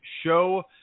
show